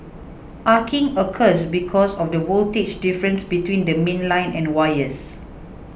arcing occurs because of the voltage difference between the mainline and wires